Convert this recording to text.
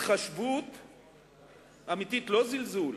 התחשבות אמיתית, לא זלזול,